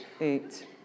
eight